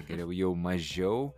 geriau jau mažiau